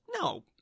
No